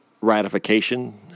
ratification